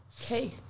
Okay